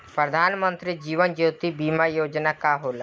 प्रधानमंत्री जीवन ज्योति बीमा योजना का होला?